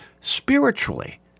spiritually